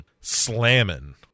slamming